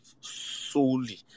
solely